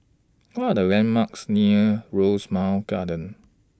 What Are The landmarks near Rosemount Kindergarten